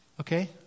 okay